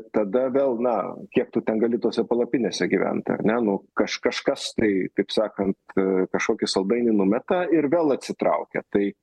tada vėl na kiek tu ten gali tose palapinėse gyvent ar ne nu kaž kažkas tai taip sakant kažkokį saldainį numeta ir vėl atsitraukia tai